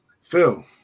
Phil